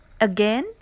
again